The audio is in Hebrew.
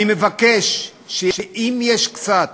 אני מבקש, שאם יש קצת